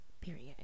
period